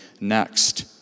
next